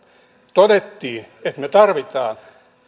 todettiin että me tarvitsemme